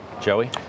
Joey